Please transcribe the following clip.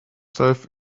himself